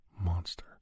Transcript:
monster